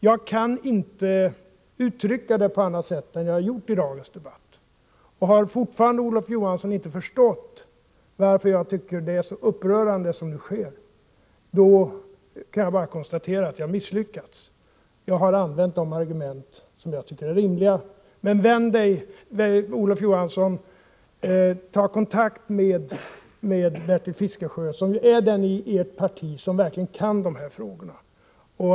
Jag kan inte uttrycka det på annat sätt än jag har gjort i dagens debatt, och har Olof Johansson fortfarande inte förstått varför jag tycker det som nu sker är så upprörande kan jag bara konstatera att jag har misslyckats. Jag har använt de argument som jag tycker är rimliga. Men, Olof Johansson, ta kontakt med Bertil Fiskesjö, som är den i ert parti som verkligen kan de här frågorna.